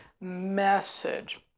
Message